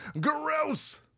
gross